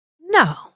No